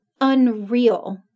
unreal